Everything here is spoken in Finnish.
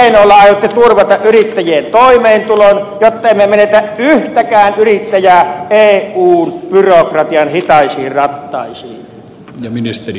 millä keinoilla aiotte turvata yrittäjien toimeentulon jotta emme menetä yhtäkään yrittäjää eun byrokratian hitaisiin rattaisiin